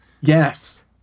Yes